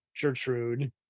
Gertrude